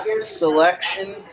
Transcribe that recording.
selection